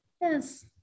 Yes